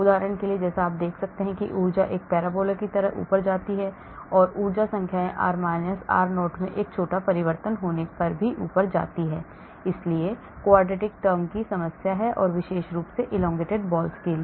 उदाहरण के लिए जैसा कि आप देख सकते हैं कि ऊर्जा एक parabola की तरह ऊपर जाती है इसलिए ऊर्जा संख्याएँ r r0 में एक छोटा परिवर्तन होने पर भी ऊपर जाती हैं इसलिए quadratic term की समस्या है विशेष रूप से elongated balls के लिए